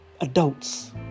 adults